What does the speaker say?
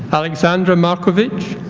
aleksandra markovic